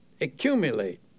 accumulate